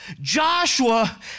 Joshua